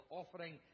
offering